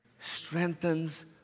strengthens